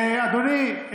אדוני,